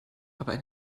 aber